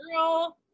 girl